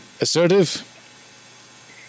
Assertive